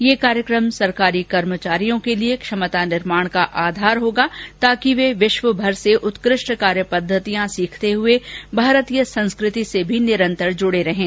यह कार्यक्रम सरकारी कर्मचारियों के लिए क्षमता निर्माण का आधार होगा ताकि वे विश्वभर से उत्कृष्ट कार्य पद्धतियां सीखते हुए भारतीय संस्कृति से भी निरंतर जुडे रहें